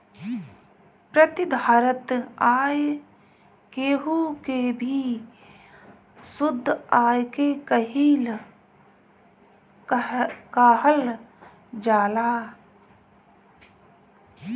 प्रतिधारित आय केहू के भी शुद्ध आय के कहल जाला